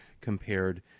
compared